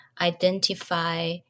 identify